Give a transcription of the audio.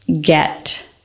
get